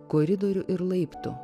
koridorių ir laiptų